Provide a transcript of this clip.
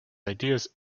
ideas